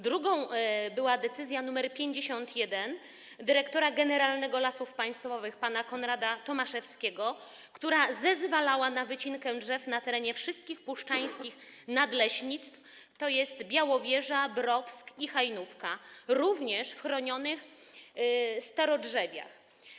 Drugą była decyzja nr 51 dyrektora generalnego Lasów Państwowych pana Konrada Tomaszewskiego, która zezwalała na wycinkę drzew na terenie wszystkich puszczańskich nadleśnictw, tj. Białowieża, Browsk i Hajnówka, również w chronionych starodrzewach.